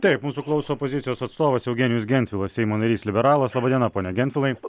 taip mūsų klauso opozicijos atstovas eugenijus gentvilas seimo narys liberalas laba diena pone gentvilai